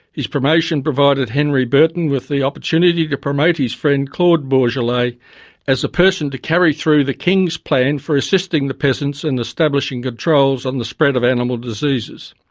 his promotion provided henri bertin with the opportunity to promote his friend claude bourgelat like as a person to carry through the king's plan for assisting the peasants and establishing controls on the spread of animal diseases.